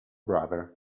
brother